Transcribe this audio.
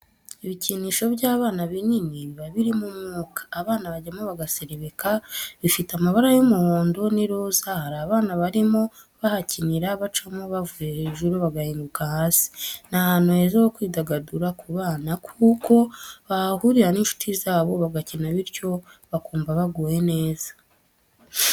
Ibikinisho by'abana binini biba birimo umwuka abana bajyamo bagaserebeka, bifite amabara y'umuhondo n'iroza hari abana barimo bahakinira bacamo bavuye hejuru bagahinguka hasi, ni ahantu heza ho kwidagadurira ku bana kuko bahahurira n'inshuti zabo bagakina bityo bakumva baguwe neza.